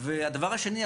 והדבר השני,